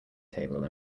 table